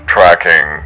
Tracking